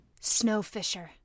Snowfisher